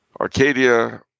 Arcadia